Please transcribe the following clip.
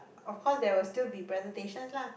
of course there will still be presentations lah